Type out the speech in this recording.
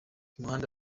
umuhanda